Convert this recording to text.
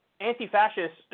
anti-fascists